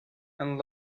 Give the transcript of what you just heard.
and